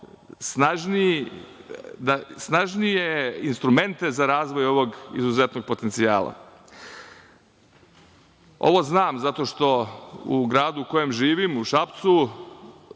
snažnije instrumente za razvoj ovog izuzetnog potencijala. Ovo znam, zato što u gradu u kojem živim, u Šapcu,